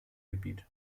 gebiet